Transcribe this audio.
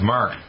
Mark